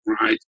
right